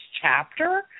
chapter